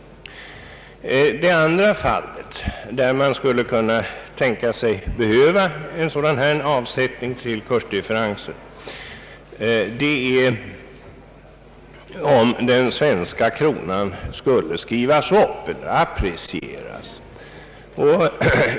Ett annat tillfälle, då man kunde tänkas behöva en sådan här avsättning till kursdifferenskontot, är om den svenska kronan skrivs upp, apprecieras.